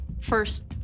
First